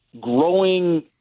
growing